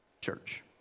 church